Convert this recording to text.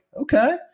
okay